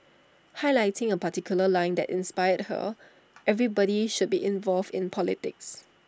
highlighting A particular line that inspired her everybody should be involved in politics